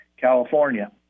California